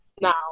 now